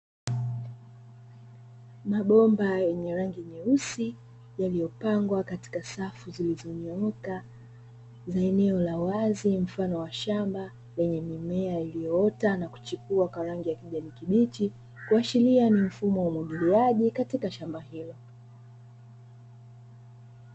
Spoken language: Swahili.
Mabomba yenye rangi nyeusi, yaliyopangwa katika safu zilizonyooka za eneo la wazi mfano wa shamba, lenye mimea iliyoota na kuchipua kwa rangi ya kijani kibichi, kuashiria ni mfumo wa umwagiliaji katika shamba hilo.